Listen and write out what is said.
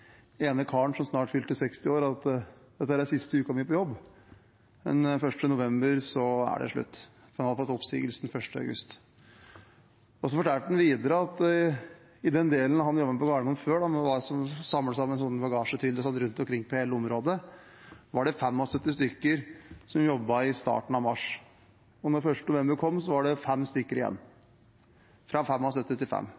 ene karen, som snart fylte 60 år, at dette var siste uka hans på jobb. Den 1. november var det slutt. Han hadde fått oppsigelsen 1. august. Han fortalte videre at i den delen av Gardermoen der han jobbet før, med å samle inn bagasjetraller rundt omkring på hele området, var det 75 personer som jobbet i starten av mars. Da 1. november kom, var det